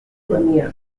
mamia